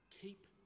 keep